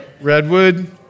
redwood